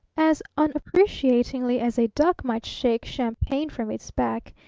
as unappreciatingly as a duck might shake champagne from its back,